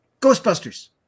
Ghostbusters